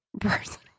personal